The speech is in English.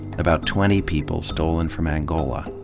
about twenty people stolen from angola.